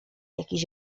jakiś